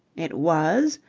it was?